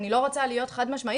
אני לא רוצה להיות חד משמעית,